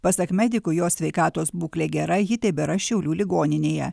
pasak medikų jos sveikatos būklė gera ji tebėra šiaulių ligoninėje